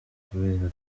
kubera